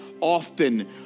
often